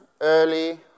early